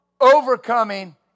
overcoming